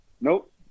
Nope